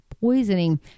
poisoning